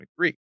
2023